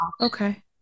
Okay